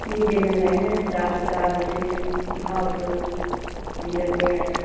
ꯄꯤꯒꯦꯅꯦ ꯂꯩꯅꯦ ꯆꯥꯁꯨ ꯆꯥꯔꯁꯤ ꯃꯍꯥꯎꯁꯨ ꯄꯤꯔꯒꯦ